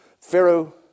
Pharaoh